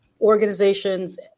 organizations